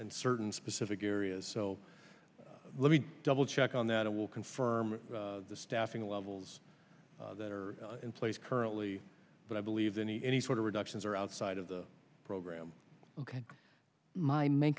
and certain specific areas so let me double check on that and will confirm the staffing levels that are in place currently but i believe any any sort of reductions or outside of the program ok my main